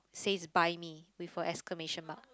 says buy me with a exclamation mark